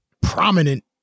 prominent